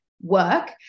work